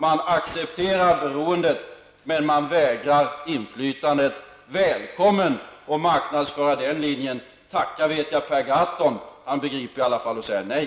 Man accepterar beroendet men man vägrar inflytandet. Välkommen att marknadsföra den linjen! Tacka vet jag Per Gahrton; han begriper i alla fall att säga nej.